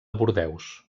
bordeus